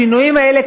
השינויים האלה,